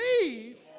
believe